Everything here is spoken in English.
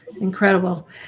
Incredible